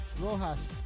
Rojas